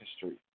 history